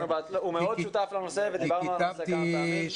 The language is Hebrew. הוא מאוד שותף לנושא ודיברנו על זה כמה פעמים.